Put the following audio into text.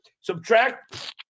subtract